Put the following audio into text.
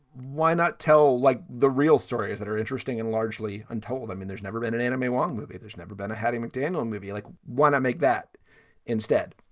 why not like, the real stories that are interesting and largely untold? i mean, there's never been an enemy wong movie. there's never been a hattie mcdaniel movie. like want to make that instead?